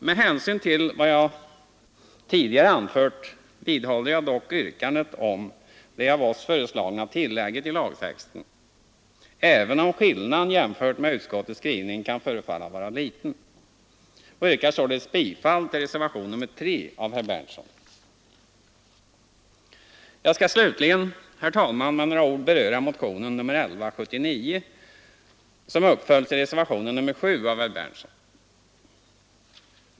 Med hänvisning till vad jag tidigare anfört vidhåller jag dock yrkandet om det av oss föreslagna tillägget i lagtexten, även om skillnaden jämfört med utskottets skrivning kan förefalla liten, och yrkar således bifall till reservationen 3 av herr Berndtson. Jag skall slutligen, herr talman, med några ord beröra motionen 1179 som följs upp i reservationen 7 av herr Berndtson.